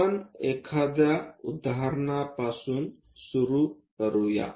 आपण एखाद्या उदाहरणापासून सुरू करूया